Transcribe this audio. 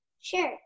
Sure